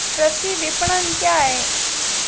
कृषि विपणन क्या है?